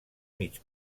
mig